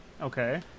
Okay